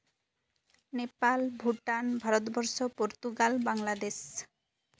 ᱱᱮᱯᱟᱞ ᱵᱷᱩᱴᱟᱱ ᱵᱷᱟᱨᱚᱛ ᱵᱚᱨᱥᱚ ᱯᱚᱨᱛᱩᱜᱟᱞ ᱵᱟᱝᱞᱟᱫᱮᱥ